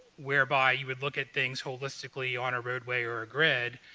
whereby you would look at things holistically on a roadway or a grid,